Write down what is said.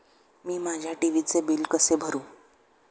मी माझ्या टी.व्ही चे बिल कसे भरू?